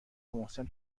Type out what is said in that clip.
محسن